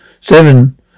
Seven